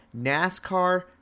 NASCAR